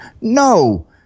No